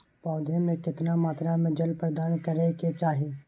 पौधों में केतना मात्रा में जल प्रदान करै के चाही?